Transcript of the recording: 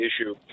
issue